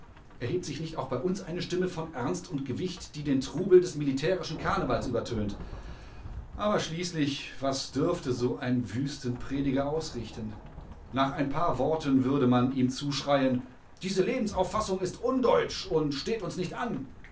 erhebt sich nicht auch bei uns eine stimme von ernst und gewicht die den trubel des militaristischen karnevals übertönt aber schließlich was dürfte so ein wüstenprediger ausrichten nach ein paar worten würde man ihm zuschreien diese lebensauffassung ist undeutsch und steht uns nicht an